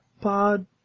pod